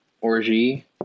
Orgy